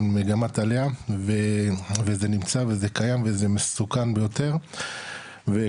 מגמת עלייה וזה נמצא וזה קיים וזה מסוכן ביותר וכמו